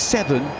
Seven